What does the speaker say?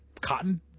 cotton